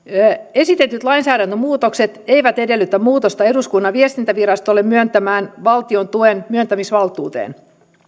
esitetyt lainsäädäntömuutokset eivät edellytä muutosta eduskunnan viestintävirastolle myöntämään valtiontuen myöntämisvaltuuteen